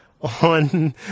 on